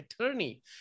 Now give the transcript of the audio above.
attorney